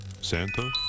Santa